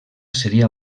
seria